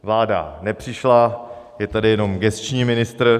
Vláda nepřišla, je tady jenom gesční ministr.